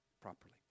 properly